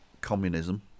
communism